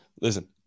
listen